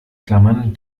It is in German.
klammern